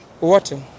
water